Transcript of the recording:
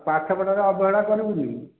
ପାଠ ପଢ଼ାରେ ଅବହେଳା କରିବୁନି